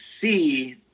see